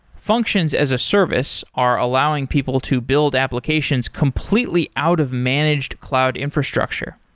functions as a service are allowing people to build applications completely out of managed cloud infrastructure.